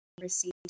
received